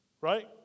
right